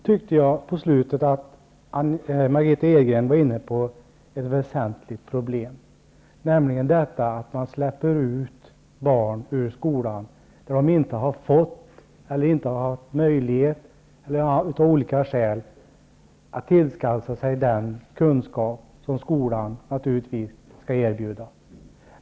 Herr talman! Jag tyckte att Margitta Edgren på slutet var inne på ett väsentligt problem, nämligen att man släpper ut barn ur skolan som av olika skäl inte har haft möjlighet att tillskansa sig den kunskap som skolan naturligtvis skall erbjuda.